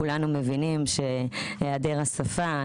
כולנו מבינים שהיעדר השפה,